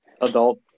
adult